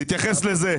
תתייחס לזה.